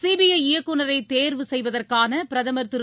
CBI இயக்குநரை தேர்வு செய்வதற்கான பிரதமர் திரு